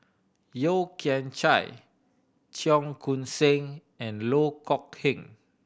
Yeo Kian Chai Cheong Koon Seng and Loh Kok Heng